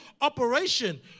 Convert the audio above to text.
operation